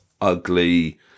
ugly